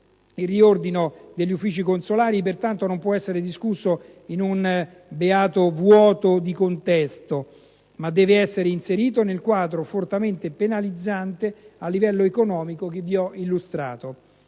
Il riordino degli uffici consolari, pertanto, non può essere discusso in un beato vuoto di contesto, ma deve essere inserito nel quadro fortemente penalizzante a livello economico che vi ho illustrato.